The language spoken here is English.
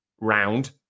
round